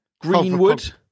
Greenwood